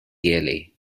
yearly